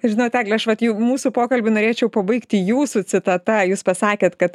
žinot egle aš vat jau mūsų pokalbį norėčiau pabaigti jūsų citata jūs pasakėt kad